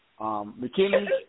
McKinney